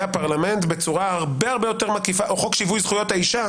הפרלמנט בצורה הרבה הרבה יותר מקיפה או חוק שוויון זכויות האישה